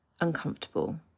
uncomfortable